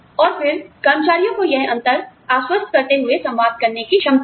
और फिर कर्मचारियों को यह अंतर आश्वस्त करते हुए संवाद करने की क्षमता है